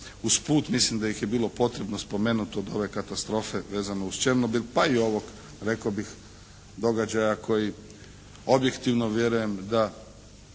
usput, mislim da ih je bilo potrebno spomenuti od ove katastrofe vezano uz Černobil, pa i ovog rekao bih događaja koji objektivno vjerujem da